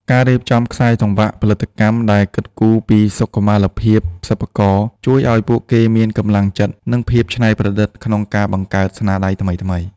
ការរៀបចំខ្សែសង្វាក់ផលិតកម្មដែលគិតគូរពីសុខុមាលភាពសិប្បករ ជួយឱ្យពួកគេមានកម្លាំងចិត្ត និងភាពច្នៃប្រឌិតក្នុងការបង្កើតស្នាដៃថ្មីៗ។